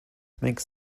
makes